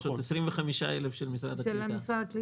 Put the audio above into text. יש עוד 25,000 של משרד הקליטה.